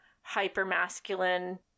hyper-masculine